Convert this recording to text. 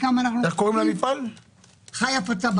הביזנס שלי